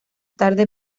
tarde